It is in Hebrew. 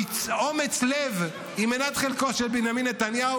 אומץ לב הוא מנת חלקו של בנימין נתניהו,